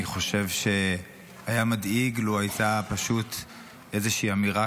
אני חושב שהיה מדאיג לו הייתה פשוט איזושהי אמירה